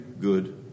good